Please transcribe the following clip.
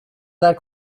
that